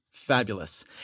Fabulous